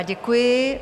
Děkuji.